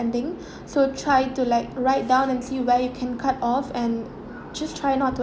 ~ding so try to like write down and see where you can cut off and just try not to